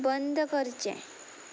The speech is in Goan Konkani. बंद करचें